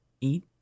eat